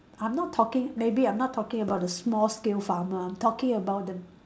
I'm not talking maybe I'm not talking about the small scale farmer I'm talking about the